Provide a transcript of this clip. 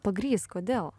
pagrįsk kodėl